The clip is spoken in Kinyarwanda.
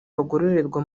bagororerwa